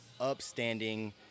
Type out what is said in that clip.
upstanding